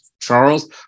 Charles